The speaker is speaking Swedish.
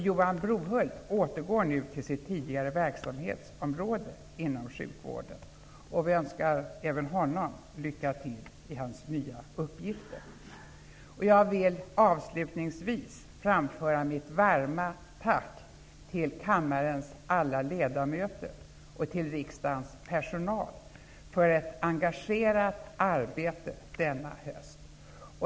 Johan Brohult återgår nu till sitt tidigare verksamhetsområde inom sjukvården, och vi önskar även honom lycka till i hans nya uppgifter. Jag vill avslutningsvis framföra mitt varma tack till kammarens alla ledamöter och till riksdagens personal för ett engagerat arbete denna höst.